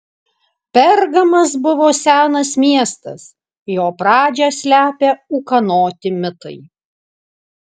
pergamas buvo senas miestas jo pradžią slepia ūkanoti mitai